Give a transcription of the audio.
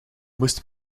moest